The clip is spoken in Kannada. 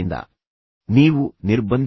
ವಿಶೇಷವಾಗಿ ಕಿಶೋರ್ಗೆ